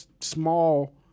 small